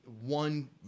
one